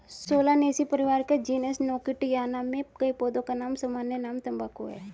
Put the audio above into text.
Solanaceae परिवार के genus Nicotiana में कई पौधों का सामान्य नाम तंबाकू है